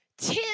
Ten